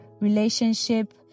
relationship